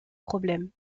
problème